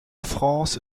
france